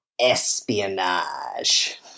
espionage